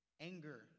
Anger